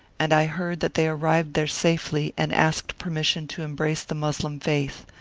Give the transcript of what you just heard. and i heard that they arrived there safely and asked per mission to embrace the moslem faith.